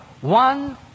one